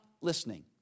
listening